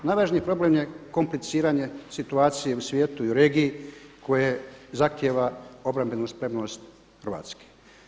Najvažniji problem je kompliciranje situacije u svijetu i u regiji koje zahtjeva obrambenu spremnost Hrvatske.